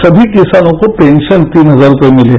सभी किसानों को पेंशन तीन हजार रूपये मिली